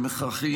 אני אומר לך,